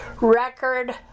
Record